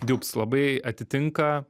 diubs labai atitinka